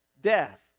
Death